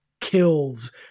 kills